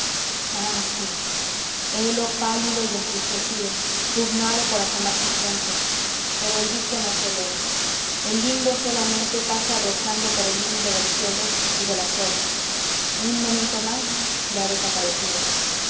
ah sí helo pálido y entristecido pugnando por asomar su frente pero el disco no se eleva el limbo solamente pasa rozando por el límite del cielo y de las olas un momento más y ha desaparecido